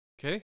Okay